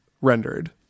rendered